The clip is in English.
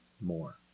more